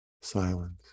silence